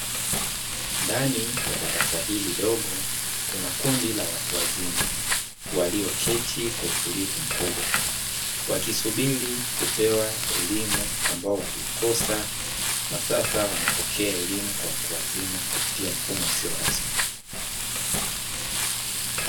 Ndani ya darasa hili dogo kuna kundi la watu wa wazima, walioketi kwa utulivu mkubwa, wakisubiri kupewa elimu ambayo waliikosa na sasa wanapokea elimu kwa watu wazima kupitia mfumo usio rasmi.